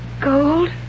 Gold